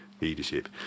leadership